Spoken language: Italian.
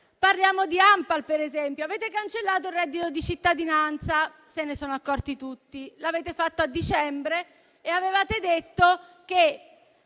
attive del lavoro (ANPAL). Avete cancellato il reddito di cittadinanza, se ne sono accorti tutti; l'avete fatto a dicembre e avevate detto che